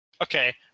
Okay